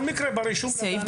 בסדר.